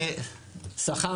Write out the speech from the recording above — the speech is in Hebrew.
שכר,